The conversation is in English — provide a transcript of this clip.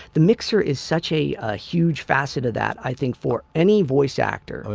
the mixer is such a ah huge facet of that, i think for any voice actor.